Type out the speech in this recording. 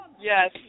yes